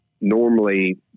normally